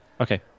Okay